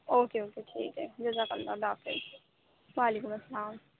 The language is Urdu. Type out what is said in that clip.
اوکے اوکے ٹھیک ہے جزاک اللہ اللہ حافظ وعلیکم السّلام